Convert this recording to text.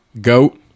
Goat